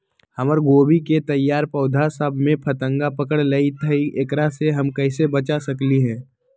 हमर गोभी के तैयार पौधा सब में फतंगा पकड़ लेई थई एकरा से हम कईसे बच सकली है?